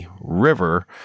River